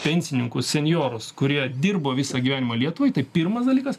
pensininkus senjorus kurie dirbo visą gyvenimą lietuvai tai pirmas dalykas